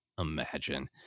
imagine